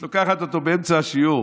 את לוקחת אותו באמצע השיעור.